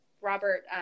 Robert